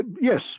yes